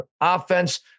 offense